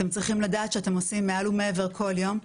אתם צריכים לדעת שאתם עושים מעל ומעבר כל יום,